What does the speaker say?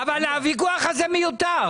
הוויכוח הזה מיותר.